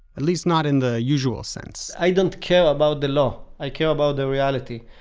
at least not in the usual sense i don't care about the law. i care about the reality.